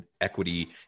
equity